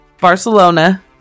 Barcelona